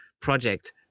project